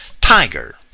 tiger